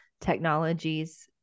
technologies